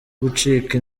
gucika